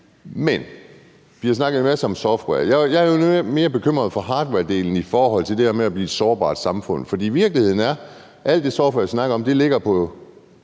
Vi har snakket en masse om software, men jeg er nu mere bekymret for hardwaredelen i forhold til det med at blive et sårbart samfund. For virkeligheden er, at al den software, vi snakker om, ligger i